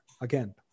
again